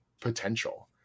potential